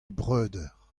breudeur